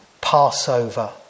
Passover